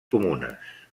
comunes